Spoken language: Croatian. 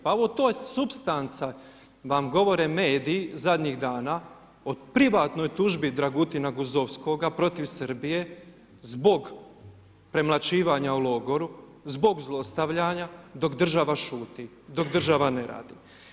Pa evo o toj supstanci vam govore mediji zadnjih dana o privatnoj tužbi Dragutina Guzovskoga protiv Srbije zbog premlaćivanja u logoru, zbog zlostavljanja, dok država šuti, dok država ne radi.